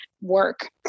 work